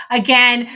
again